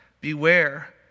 beware